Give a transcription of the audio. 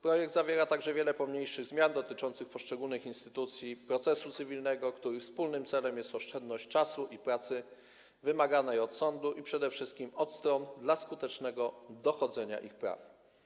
Projekt zawiera także wiele pomniejszych zmian dotyczących poszczególnych instytucji procesu cywilnego, których wspólnym celem jest oszczędność czasu i pracy wymaganej od sądu i przede wszystkim od stron dla skutecznego dochodzenia ich praw.